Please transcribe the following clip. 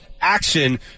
action